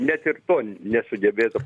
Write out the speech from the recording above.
net ir to nesugebėta